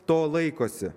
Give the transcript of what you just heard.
to laikosi